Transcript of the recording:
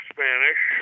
Spanish